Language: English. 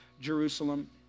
Jerusalem